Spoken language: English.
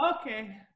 Okay